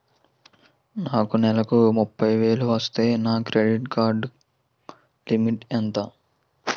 నాకు నెలకు ముప్పై వేలు వస్తే నా క్రెడిట్ కార్డ్ లిమిట్ ఎంత ఉంటాది?